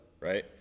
right